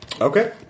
Okay